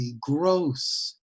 gross